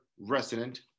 Resident